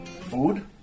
Food